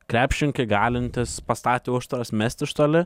krepšininkai galintys pastatę užtvaras mesti iš toli